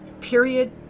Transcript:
Period